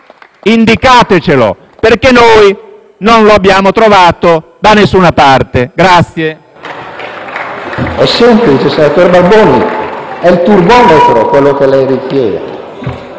indicatecelo, perché noi non lo abbiamo trovato da nessuna parte.